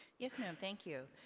yes, ma'am, thank you.